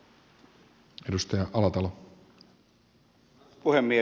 arvoisa puhemies